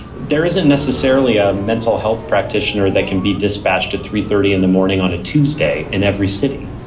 there isn't necessarily a mental health practitioner that can be dispatched to three, thirty in the morning on a tuesday in every city.